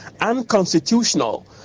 unconstitutional